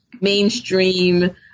mainstream